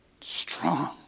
Strong